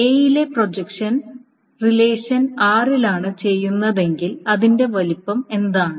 A യിലെ projection relation r ലാണ് ചെയ്യുന്നതെങ്കിൽ അതിന്റെ വലുപ്പം എന്താണ്